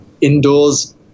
indoors